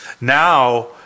now